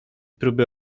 próby